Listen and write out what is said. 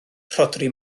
rhodri